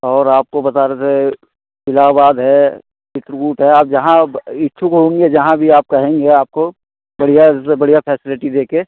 और आपको बता रहे थे इलाहाबाद है चित्रकूट है आप जहाँ ब इच्छुक होंगे जहाँ आप कहेंगे आपको बढिया से बढिया फैसलिटी देकर